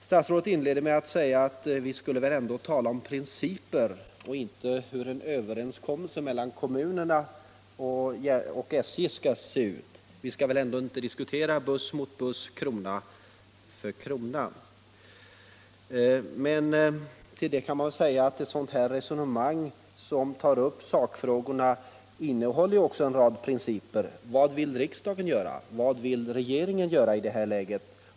Statsrådet Norling inledde med att betona att vi väl ändå skulle tala om principer och inte om hur en överenskommelse mellan kommunerna och SJ skall se ut. Vi kan inte här diskutera buss mot buss, krona för krona. Till det kan man säga att ett sådant här resonemang, som tar upp sakfrågorna, ju också innehåller en rad principer. Vad vill riksdagen göra, vad vill regeringen göra i det här läget?